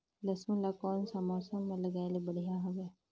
लसुन ला कोन सा मौसम मां लगाय ले बढ़िया हवे?